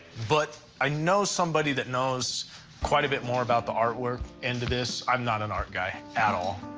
but i know somebody that knows quite a bit more about the artwork end of this. i'm not an art guy at all.